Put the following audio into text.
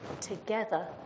together